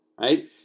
right